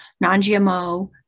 non-GMO